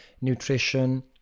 nutrition